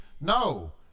No